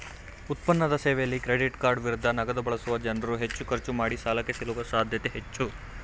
ಉತ್ಪನ್ನದ ಸೇವೆಯಲ್ಲಿ ಕ್ರೆಡಿಟ್ಕಾರ್ಡ್ ವಿರುದ್ಧ ನಗದುಬಳಸುವ ಜನ್ರುಹೆಚ್ಚು ಖರ್ಚು ಮಾಡಿಸಾಲಕ್ಕೆ ಸಿಲುಕುವ ಸಾಧ್ಯತೆ ಹೆಚ್ಚು